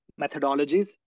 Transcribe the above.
methodologies